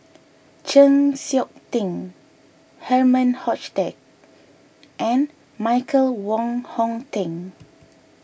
Chng Seok Tin Herman Hochstadt and Michael Wong Hong Teng